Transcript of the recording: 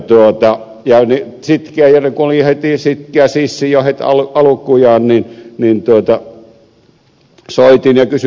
kun olin sitkeä sissi jo heti alkujaan niin soitin ja kysyin